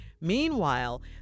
Meanwhile